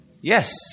Yes